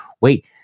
Wait